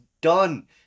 done